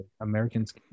americans